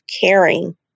caring